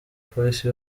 polisi